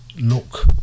look